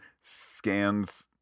scans